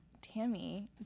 tammy